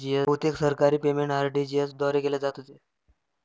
बहुतेक सरकारी payment RTGS द्वारे केले जात होते